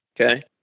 Okay